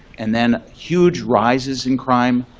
and then huge rises in crime,